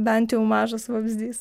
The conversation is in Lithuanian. bent jau mažas vabzdys